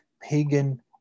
pagan